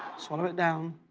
swallow it down.